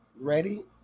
Ready